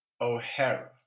O'Hara